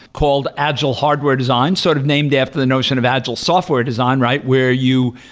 called agile hardware design, sort of named after the notion of agile software design, right? where you,